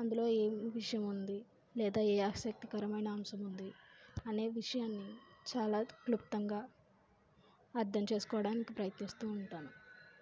అందులో ఏం విషయం ఉంది లేదా ఏ ఆసక్తికరమైన అంశం ఉంది అనే విషయాన్ని చాలా క్లుప్తంగా అర్ధం చేసుకోవడానికి ప్రయత్నిస్తూ ఉంటాను